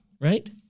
right